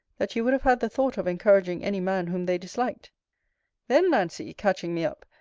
that you would have had the thought of encouraging any man whom they disliked then, nancy, catching me up,